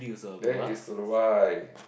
that is why